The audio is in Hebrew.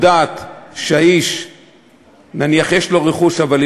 יודעת שהאיש נניח יש לו רכוש אבל היא